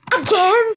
Again